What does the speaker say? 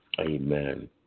Amen